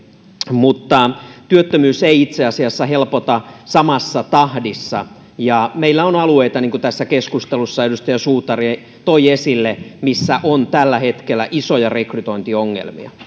mutta työttömyys ei itse asiassa helpota samassa tahdissa ja meillä on alueita niin kuin tässä keskustelussa edustaja suutari toi esille missä on tällä hetkellä isoja rekrytointiongelmia